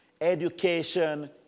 Education